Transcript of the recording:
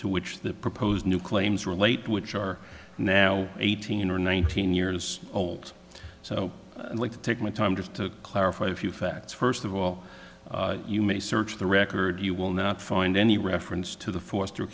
to which the proposed new claims relate which are now eighteen or nineteen years old so like to take my time just to clarify a few facts first of all you may search the record you will not find any reference to the forrester